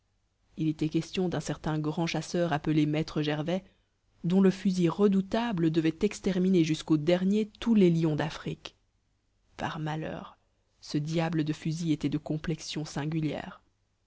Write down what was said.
il était question d'un certain grand chasseur appelé maître gervais dont le fusil redoutable devait exterminer jusqu'au dernier tous les lions d'afrique par malheur ce diable de fusil était de complexion singulière